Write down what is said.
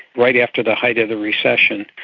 right after the height of the recession,